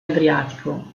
adriatico